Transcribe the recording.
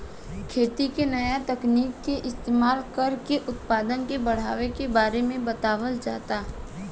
खेती में नया तकनीक के इस्तमाल कर के उत्पदान के बढ़ावे के बारे में बतावल जाता